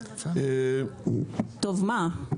טוב, מה?